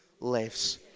lives